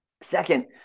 Second